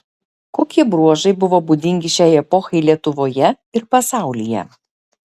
kokie bruožai buvo būdingi šiai epochai lietuvoje ir pasaulyje